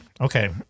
Okay